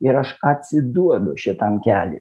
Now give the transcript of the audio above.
ir aš atsiduodu šitam keliui